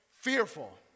fearful